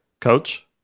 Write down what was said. Coach